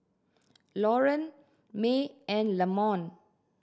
Loren May and Lamont